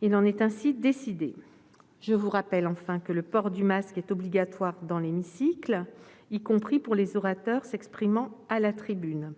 Il en est ainsi décidé. Je vous rappelle enfin que le port du masque est obligatoire dans l'hémicycle, y compris pour les orateurs s'exprimant à la tribune.